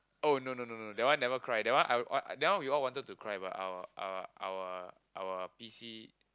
oh no no no no that one never cry that one I what that one we all wanted to cry but our our our our P_C